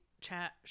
Chat